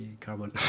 carbon